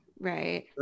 right